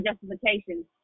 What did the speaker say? justification